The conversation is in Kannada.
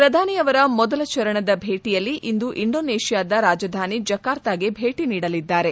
ಪ್ರಧಾನಿ ಅವರ ಮೊದಲ ಚರಣದ ಭೇಟಿಯಲ್ಲಿ ಇಂದು ಇಂಡೊನೇಷ್ಠಾದ ರಾಜಧಾನಿ ಜಕಾರ್ತಗೆ ಭೇಟ ನೀಡಲಿದ್ದಾರೆ